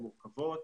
המורכבות